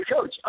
coach